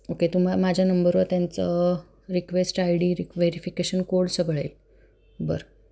okay तुम्ही माझ्या नंबरवर त्यांचं request I D reverification code सगळं आहे बरं